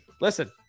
listen